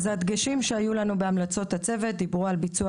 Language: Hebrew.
בדגשים שהיו לנו בהמלצות הצוות דיברו על ביצוע